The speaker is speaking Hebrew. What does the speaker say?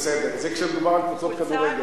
בסדר, זה כשמדובר על קבוצות כדורגל.